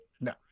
No